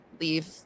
leave